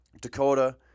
dakota